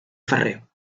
ferrer